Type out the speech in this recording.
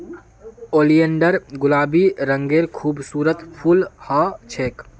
oleander गुलाबी रंगेर खूबसूरत फूल ह छेक